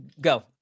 go